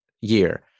year